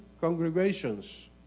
congregations